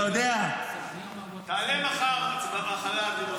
אתה יודע --- תעלה מחר הצעה להחלת ריבונות ביהודה,